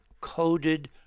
coded